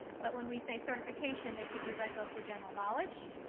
but when we say certification, they could be let go for general knowledge,